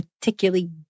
particularly